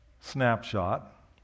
snapshot